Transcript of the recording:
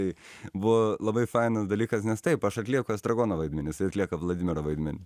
tai buvo labai fainas dalykas nes taip aš atlieku estragono vaidmenį jis atlieka vladimiro vaidmenį